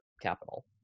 capital